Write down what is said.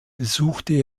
besuchte